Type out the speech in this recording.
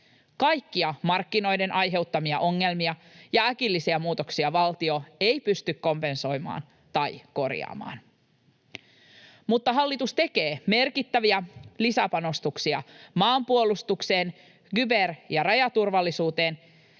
Kaikkia markkinoiden aiheuttamia ongelmia ja äkillisiä muutoksia valtio ei pysty kompensoimaan tai korjaamaan, mutta hallitus tekee merkittäviä lisäpanostuksia maanpuolustukseen sekä kyber- ja rajaturvallisuuteen